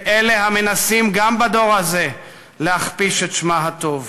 אלה המנסים גם בדור הזה להכפיש את שמה הטוב.